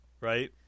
right